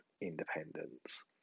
independence